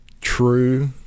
true